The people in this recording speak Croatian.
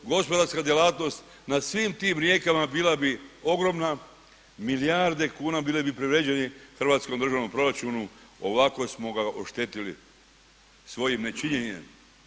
Gospodarska djelatnost na svim tim rijekama bila bi ogromna, milijarde kuna bili bi privređeni hrvatskom državnom proračunu ovako smo ga oštetili svojim nečinjenjem.